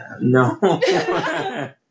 No